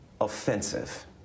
offensive